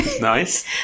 nice